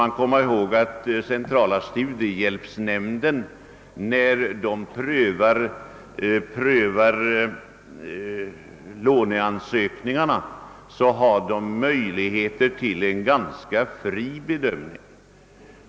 Vi bör komma ihåg att när centrala studiehjälpsnämnden prövar låneansökningarna har nämnden möjligheter till en ganska fri bedömning.